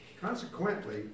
Consequently